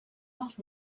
not